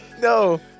No